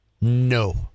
no